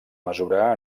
mesurar